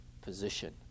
position